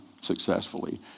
successfully